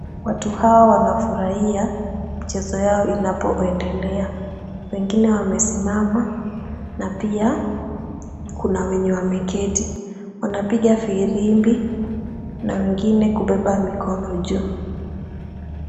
Watu hawa wanafurahiwa mchezo yao inapoendelea. Wengine wamesimama, na pia kuna wenye wameketi, wanapiga firimbi na wengine kubeba mkono juu.